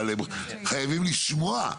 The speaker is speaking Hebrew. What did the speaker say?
אבל, חייבים לשמוע.